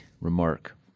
remark